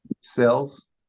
cells